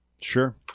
Sure